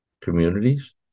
communities